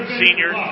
senior